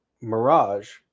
mirage